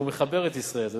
הוא מחבר את ישראל.